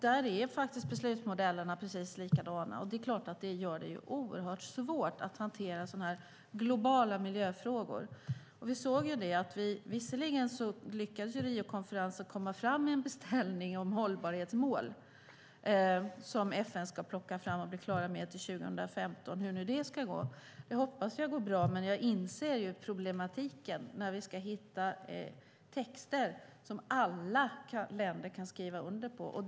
Där är beslutsmodellerna likadana. Det gör det oerhört svårt att hantera globala miljöfrågor. Riokonferensen lyckades visserligen komma fram med en beställning om hållbarhetsmål som FN ska plocka fram. Det ska vara klart 2015. Jag hoppas att det går bra, men jag inser problemet när vi ska hitta texter som alla länder kan skriva under på.